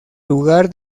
lugar